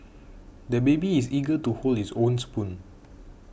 the baby is eager to hold his own spoon